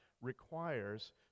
requires